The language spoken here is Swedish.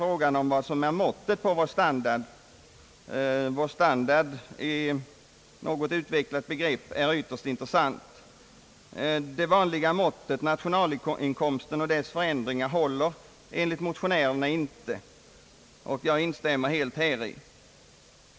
Frågan om vad som är måttet på vår standard — varvid detta begrepp något utvecklats — är ytterst intressant. Det vanliga måttet, nationalinkomsten och dess förändringar, håller enligt motionärerna inte, och jag instämmer helt häri.